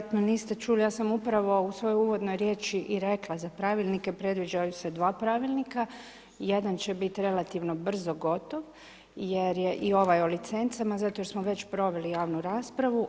Vjerojatno niste čuli, ja sam upravo u svojoj uvodnoj riječi i rekla za pravilnike, predviđaju se dva pravilnika, jedan će biti relativno brzo gotov jer je i ovaj o licencama zato jer smo već proveli javnu raspravu.